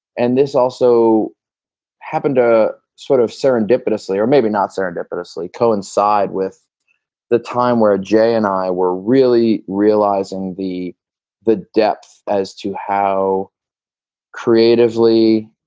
and this also happened to sort of serendipitously or maybe not serendipitously coincide with the time where jay and i were really realizing the the depth as to how creatively,